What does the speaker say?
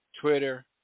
Twitter